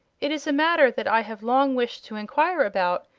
it is a matter that i have long wished to enquire about,